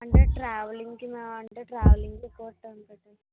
అంటే ట్రావెలింగ్కి ఆ అంటే ట్రావెలింగ్